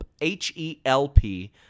H-E-L-P